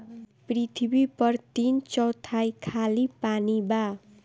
पृथ्वी पर तीन चौथाई खाली पानी बा